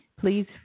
please